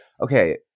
okay